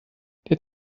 der